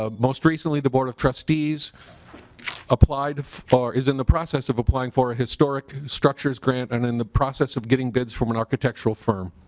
ah most recently the board of trustees applied for is the process of applying for a historic structures grant and in the process of getting bids from an architectural firm